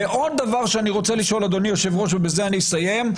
ועוד דבר שאני רוצה לשאול אדוני היו"ר ובזה אני אסיים,